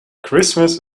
christmas